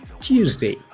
tuesday